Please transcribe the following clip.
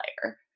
player